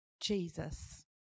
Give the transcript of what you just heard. Jesus